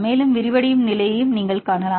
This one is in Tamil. மேலும் விரிவடையும் நிலையை நீங்கள் காணலாம்